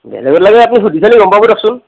বেলেগত লাগে সেইটো সুধি চালে গম পাব দিয়কচোন